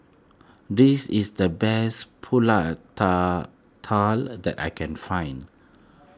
this is the best Pulut Tatal that I can find